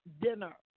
dinner